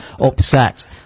upset